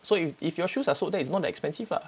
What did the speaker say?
so if if your shoes are sold there it's not that expensive lah